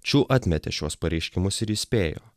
čiu atmetė šiuos pareiškimus ir įspėjo